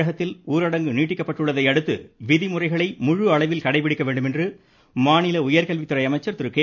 தமிழகத்தில் ஊரடங்கு நீட்டிக்கப்பட்டுள்ளதை அடுத்து விதிமுறைகளை முழு கடைபிடிக்கவேண்டும் என மாநில உயர்கல்விதுறை அமைச்சர் அளவில் கே